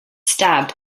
stabbed